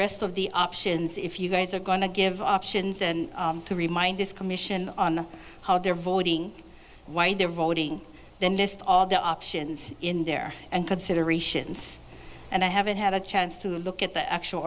rest of the options if you guys are going to give options and to remind this commission on how they're voting why they're voting then list all the options in there and considerations and i haven't had a chance to look at the actual